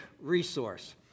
resource